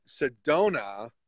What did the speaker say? sedona